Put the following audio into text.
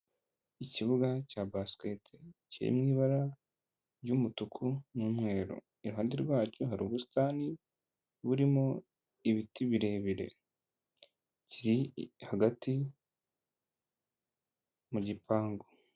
Ikibuga cya basikete, kirimo ibara ry'umutuku n'umweru. Iruhande rwacyo hari ubusitani, burimo ibiti birebire. Kiri hagati mu gipangu.